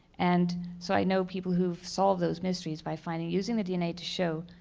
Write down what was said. and so, i know people who've solved those mysteries by finding using dna to show,